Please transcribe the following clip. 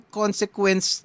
consequence